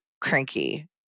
cranky